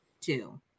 two